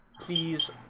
please